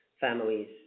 families